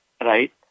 right